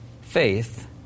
Faith